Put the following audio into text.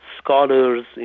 scholars